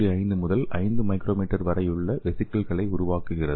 5 முதல் 5 மைக்ரோமீட்டர் வரையுள்ள வெசிகிள்களை உருவாக்குகிறது